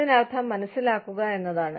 അതിനർത്ഥം മനസ്സിലാക്കുക എന്നതാണ്